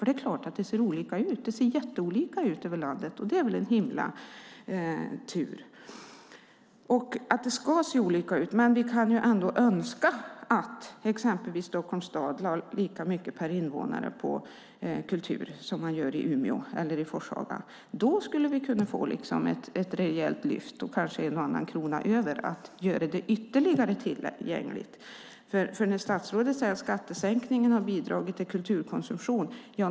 Det är klart att det ser olika ut, och ska se olika ut, över landet, och det är tur. Men vi kan ändå önska att exempelvis Stockholms stad skulle lägga lika mycket per invånare på kultur som man gör i Umeå eller i Forshaga. Då skulle vi kunna få ett rejält lyft och kanske en och annan krona över för att göra kulturen ytterligare tillgänglig. Statsrådet säger att skattesänkningen har bidragit till kulturkonsumtion.